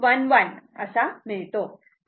11 असे मिळते